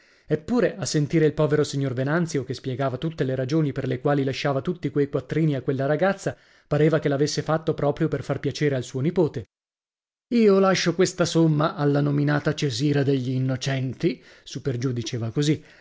eppure a sentire il povero signor venanzio che spiegava tutte le ragioni per le quali lasciava tutti quei quattrini a quella ragazza pareva che l'avesse fatto proprio per far piacere al suo nipote io lascio questa somma alla nominata cesira degli innocenti